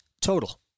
total